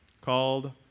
called